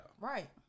Right